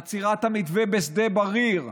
עצירת המתווה בשדה בריר,